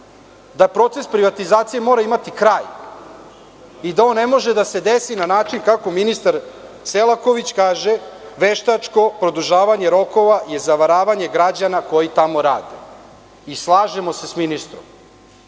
da proces privatizacije mora imati kraj i da ovo ne može da se desi na način kako ministar Selaković kaže - veštačko produžavanje rokova je zavaravanje građana koji tamo rade. Slažemo se s ministrom.